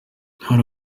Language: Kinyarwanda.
hari